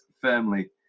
firmly